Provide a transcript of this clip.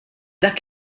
dak